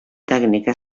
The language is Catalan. tècnica